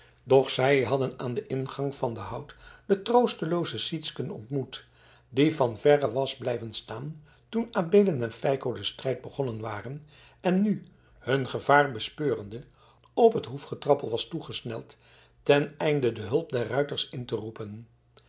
doch zij hadden aan den ingang van den hout de troostelooze sytsken ontmoet die van verre was blijven staan toen adeelen en feiko den strijd begonnen waren en nu hun gevaar bespeurende op het hoefgetrappel was toegesneld ten einde de hulp der ruiters in te roepen